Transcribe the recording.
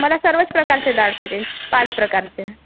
मला सर्वच प्रकारचे डाळ पाहिजे पाच प्रकारचे